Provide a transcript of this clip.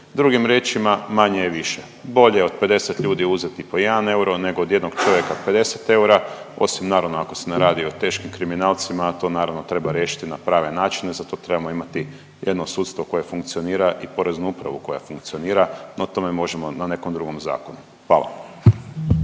Drugim riječima manje je više. Bolje od 50 ljudi uzeti po 1 euro nego od jednog čovjeka 50 eura osim naravno ako se ne radi o teškim kriminalcima, a to naravno treba riješiti na prave načine. Za to trebamo imati jedan sustav koji funkcionira i Poreznu upravu koja funkcionira no o tome možemo na nekom drugom zakonu. Hvala.